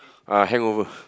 uh hangover